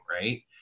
right